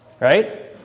right